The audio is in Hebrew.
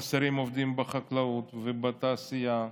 חסרים עובדים בחקלאות ובתעשייה,